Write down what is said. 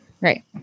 Right